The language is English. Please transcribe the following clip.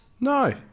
No